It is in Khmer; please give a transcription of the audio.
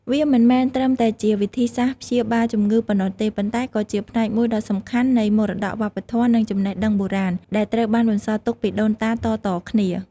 វាមិនមែនត្រឹមតែជាវិធីសាស្ត្រព្យាបាលជំងឺប៉ុណ្ណោះទេ ប៉ុន្តែក៏ជាផ្នែកមួយដ៏សំខាន់នៃ មរតកវប្បធម៌ និងចំណេះដឹងបុរាណ ដែលត្រូវបានបន្សល់ទុកពីដូនតាតៗគ្នា។